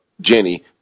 Jenny